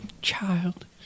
child